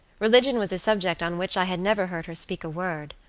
religion was a subject on which i had never heard her speak a word.